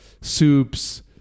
soups